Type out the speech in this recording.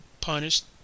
punished